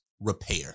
repair